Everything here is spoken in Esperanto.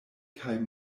kaj